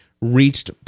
reached